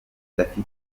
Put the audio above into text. udafite